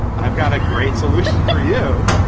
i've got a great solution for you.